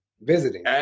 Visiting